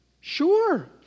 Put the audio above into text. Sure